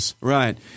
Right